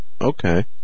Okay